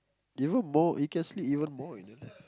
even more you can sleep even more you know